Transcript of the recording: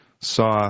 saw